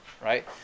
Right